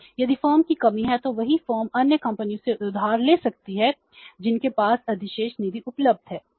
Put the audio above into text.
यदि फर्म की कमी है तो वही फर्म अन्य कंपनियों से उधार ले सकती है जिनके पास अधिशेष निधि उपलब्ध है